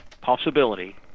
possibility